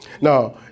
Now